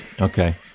okay